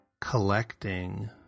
collecting